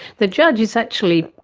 the judge is actually,